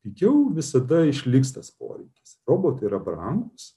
pigiau visada išliks tas poreikis robotai yra brangūs